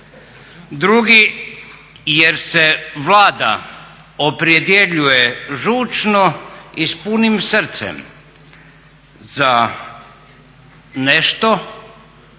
Drugi, jer se Vlada opredjeljuje žučno i s punim srcem za nešto